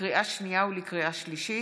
לקריאה שנייה ולקריאה שלישית: